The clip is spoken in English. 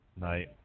Night